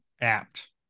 apt